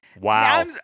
Wow